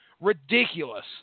ridiculous